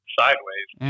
sideways